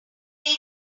they